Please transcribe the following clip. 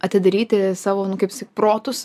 atidaryti savo nu kaip protus